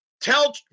tell